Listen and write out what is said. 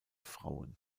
frauen